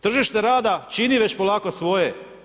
Tržište rada čini već polako svoje.